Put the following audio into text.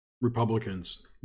Republicans